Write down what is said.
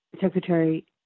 Secretary